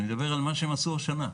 אלא רק על מה שעשו השנה.